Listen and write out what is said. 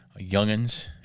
youngins